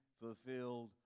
fulfilled